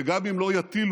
וגם אם לא יטילו,